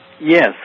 yes